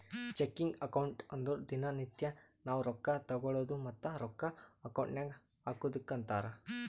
checking account ಅಂದುರ್ ದಿನಾ ನಿತ್ಯಾ ನಾವ್ ರೊಕ್ಕಾ ತಗೊಳದು ಮತ್ತ ರೊಕ್ಕಾ ಅಕೌಂಟ್ ನಾಗ್ ಹಾಕದುಕ್ಕ ಅಂತಾರ್